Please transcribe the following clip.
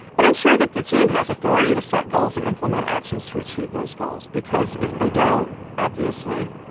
and ensure that the team has authority to set goals and implement actions to achieve those goals, because if they don't, obviously,